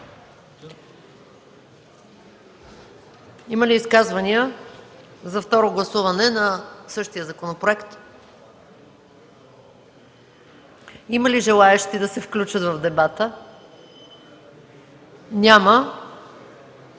Има ли изказвания за второ гласуване на същия законопроект? Има ли желаещи да се включат в дебата? Няма.